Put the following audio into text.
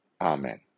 Amen